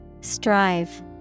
Strive